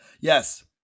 Yes